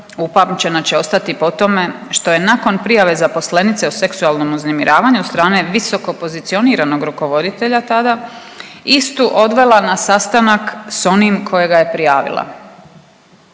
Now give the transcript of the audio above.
upamćena će ostati po tome što je nakon prijave zaposlenice o seksualnom uznemiravanju od strane visoko pozicioniranog rukovoditelja tada istu odvela na sastanak sa onim kojega je prijavila.